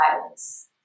violence